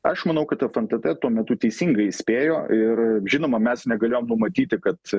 aš manau kad fntt tuo metu teisingai įspėjo ir žinoma mes negalėjom numatyti kad